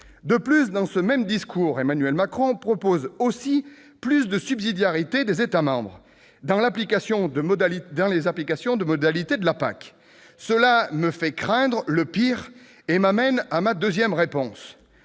De plus, dans ce même discours, Emmanuel Macron a proposé plus de subsidiarité des États membres dans l'application des modalités de la PAC. Cela me fait craindre le pire et m'amène à ma deuxième réponse.